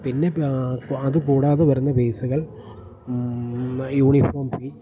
പിന്നെ അതുകൂടാതെ വരുന്ന ഫീസുകൾ യൂണിഫോം ഫീ